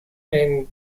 and